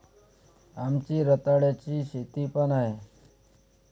आमची रताळ्याची शेती पण आहे